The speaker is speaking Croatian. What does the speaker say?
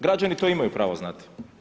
Građani to imaju pravo znati.